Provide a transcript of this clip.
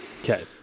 Okay